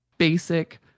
basic